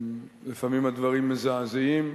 לפעמים הדברים מזעזעים.